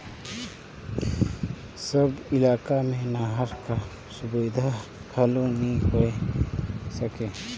सब इलाका मे नहर कर सुबिधा घलो नी होए सके